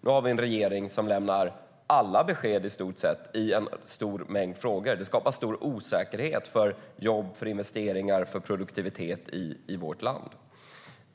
Nu har vi en regering som lämnar i stort sett alla besked i en stor mängd frågor. Det skapar stor osäkerhet för jobb, investeringar och produktivitet i vårt land.